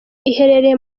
iherereye